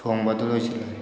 ꯊꯣꯡꯕ ꯑꯗꯨ ꯂꯣꯏꯁꯤꯟꯒꯅꯤ